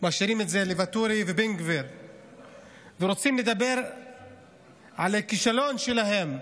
משאירים את זה לוואטורי ולבן גביר ורוצים לדבר על הכישלון שלהם,